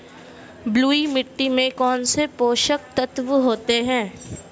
बलुई मिट्टी में कौनसे पोषक तत्व होते हैं?